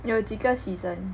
有几个 season